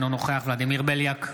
אינו נוכח ולדימיר בליאק,